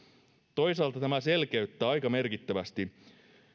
toisaalta tämä selkeyttää aika merkittävästi